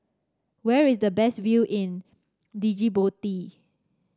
where is the best view in Djibouti